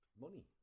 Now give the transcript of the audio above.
money